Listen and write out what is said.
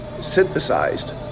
synthesized